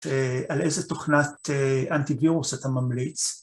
‫על איזה תוכנת אנטיוירוס אתה ממליץ?